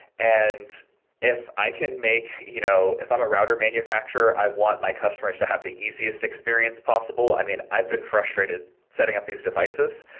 and if i can make you know if i'm a router manufacturer, i want my customers to have the easiest experience possible. i mean, i've been frustrated setting up these devices,